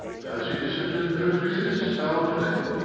has he disciplined aufidius soundly?